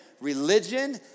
Religion